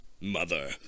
Mother